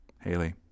Haley